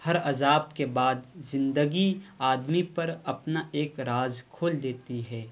ہر عذاب کے بعد زندگی آدمی پر اپنا ایک راز کھول دیتی ہے